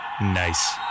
Nice